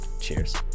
Cheers